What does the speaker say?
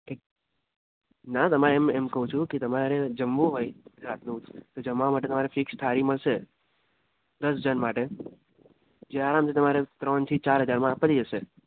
okay ના તમારે એમ એમ કહું છું કે તમારે જમવું હોય આટલું તો જમવા માટે તમારે ફિક્સ થાળી મળશે દસ જણ માટે જે આરામથી તમારે ત્રણ થી ચાર હજારમાં પતી જશે